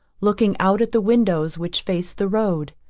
looking out at the windows which faced the road.